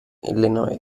illinois